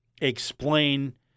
explain